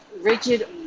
rigid